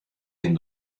ihn